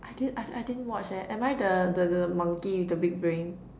I didn't I I didn't watch leh am I the the the monkey with the big brain